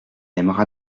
aimera